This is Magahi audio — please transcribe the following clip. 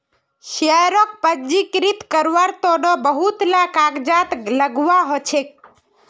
शेयरक पंजीकृत कारवार तन बहुत ला कागजात लगव्वा ह छेक